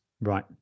Right